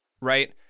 right